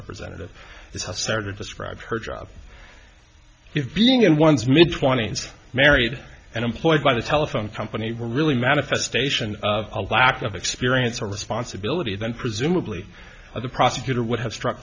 representative started describe her job being in one's mid twenties married and employed by the telephone company were really manifestation of a lack of experience or responsibility then presumably the prosecutor would have struck